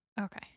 Okay